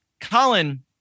Colin